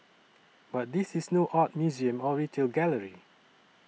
but this is no art museum or retail gallery